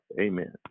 Amen